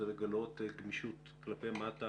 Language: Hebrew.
הוא לגלות גמישות כלפי מטה